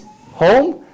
home